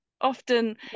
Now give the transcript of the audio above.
often